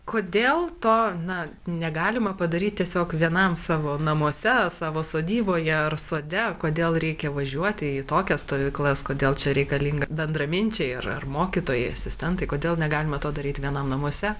kodėl to na negalima padaryt tiesiog vienam savo namuose savo sodyboje ar sode kodėl reikia važiuoti į tokias stovyklas kodėl čia reikalinga bendraminčiai ar ar mokytojai asistentai kodėl negalima to daryti vienam namuose